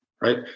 right